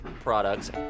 products